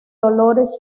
dolores